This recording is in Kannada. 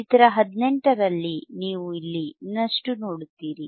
ಚಿತ್ರ 18 ರಲ್ಲಿ ನೀವು ಇಲ್ಲಿ ಇನ್ನಷ್ಟು ನೋಡುತ್ತೀರಿ